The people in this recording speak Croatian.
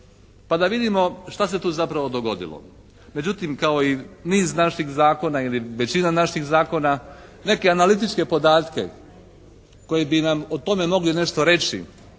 pa da vidimo što se tu zapravo dogodilo? Međutim kao i niz naših zakona ili većina naših zakona neke analitičke podatke koji bi nam o tome mogli nešto reći